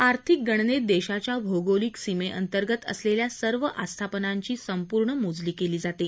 आर्थिक गणनेत देशाच्या भौगोलिक सीमेअंतर्गत असलेल्या सर्व संपूर्ण मोजणी केली जाते